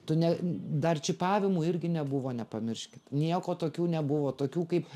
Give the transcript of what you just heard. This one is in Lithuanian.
tu ne dar čipavimų irgi nebuvo nepamirškit nieko tokių nebuvo tokių kaip